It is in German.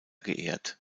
geehrt